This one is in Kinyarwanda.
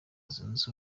zunze